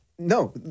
No